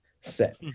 set